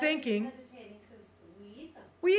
thinking we